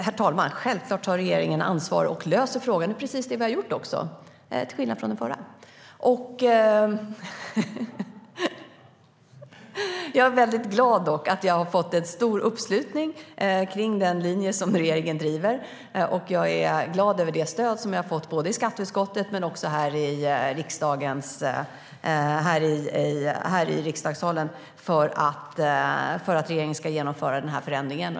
Herr talman! Självklart tar regeringen ansvar och löser frågan! Det är precis vad vi har gjort också, till skillnad från den förra regeringen. Jag är väldigt glad över att ha fått stor uppslutning kring den linje som regeringen driver, och jag är glad över det stöd som jag har fått i skatteutskottet och här i riksdagens kammare för att regeringen ska genomföra den här förändringen.